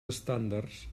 estàndards